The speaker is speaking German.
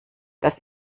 dass